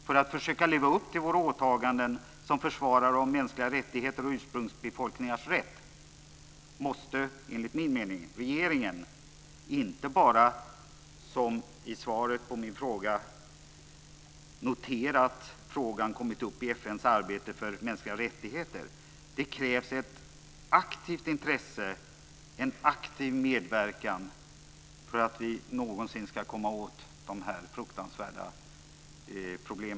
För att försöka leva upp till våra åtaganden som försvarare av mänskliga rättigheter och ursprungsbefolkningars rätt måste enligt min mening regeringen inte bara, som i svaret på min fråga, notera att frågan kommit upp i FN:s arbete för mänskliga rättigheter. Det krävs också ett aktivt intresse, en aktiv medverkan för att vi någonsin ska komma åt dessa fruktansvärda problem.